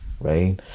right